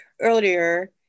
earlier